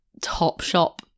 Topshop